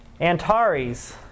Antares